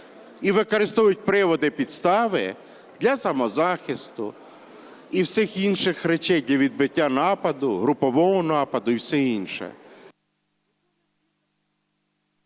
використовують приводи і підстави для самозахисту і всіх інших речей: для відбиття нападу, групового нападу і все інше.